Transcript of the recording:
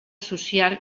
social